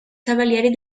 cavalieri